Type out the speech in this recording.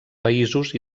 països